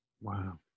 Wow